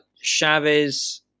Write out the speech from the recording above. Chavez